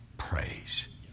Praise